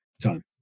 time